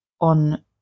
on